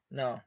no